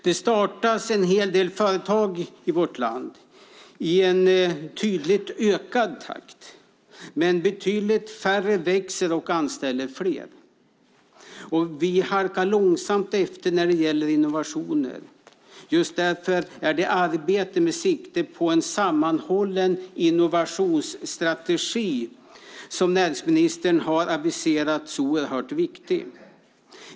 Det startas en hel del företag i vårt land i en tydligt ökad takt, men betydligt färre växer och anställer fler. Vi halkar långsamt efter när det gäller innovationer. Just därför är det arbete med sikte på en sammanhållen innovationsstrategi som näringsministern har aviserat så oerhört viktigt.